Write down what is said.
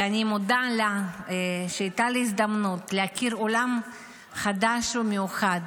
ואני מודה לה שהייתה לי הזדמנות להכיר עולם חדש ומיוחד,